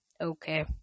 Okay